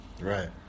Right